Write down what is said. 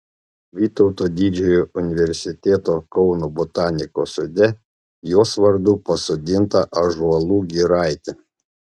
vytauto didžiojo universiteto kauno botanikos sode jos vardu pasodinta ąžuolų giraitė